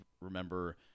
remember